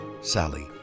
Sally